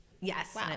yes